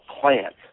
plant